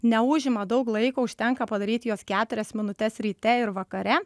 neužima daug laiko užtenka padaryti juos keturias minutes ryte ir vakare